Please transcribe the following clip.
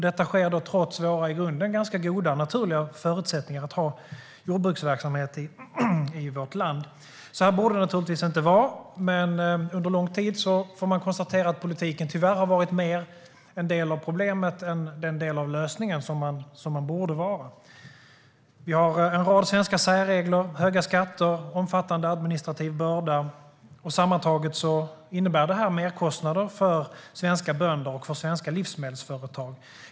Detta sker trots våra i grunden ganska goda naturliga förutsättningar att ha jordbruksverksamhet i vårt land. Så borde det naturligtvis inte vara. Men man får konstatera att politiken under lång tid tyvärr har varit mer en del av problemet än en del av lösningen, som den borde vara. Vi har en rad svenska särregler, höga skatter och omfattande administrativ börda. Sammantaget innebär det merkostnader för svenska bönder och för svenska livsmedelsföretag.